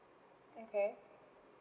okay